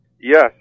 Yes